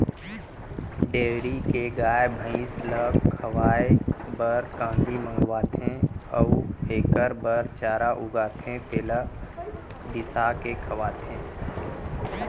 dairy के गाय, भँइस ल खवाए बर कांदी मंगवाथें अउ एकर बर चारा उगाथें तेला बिसाके खवाथें